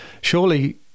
Surely